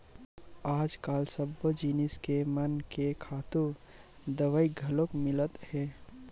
आजकाल सब्बो जिनिस मन के खातू दवई घलोक मिलत हे